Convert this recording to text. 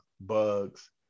Bugs